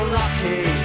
lucky